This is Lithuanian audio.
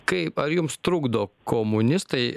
kaip ar jums trukdo komunistai